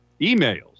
emails